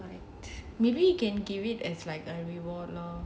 maybe you can give it as a reward lor